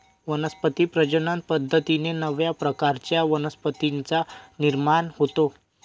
वनस्पती प्रजनन पद्धतीने नव्या प्रकारच्या वनस्पतींचा निर्माण होतो